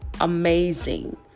amazing